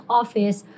office